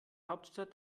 hauptstadt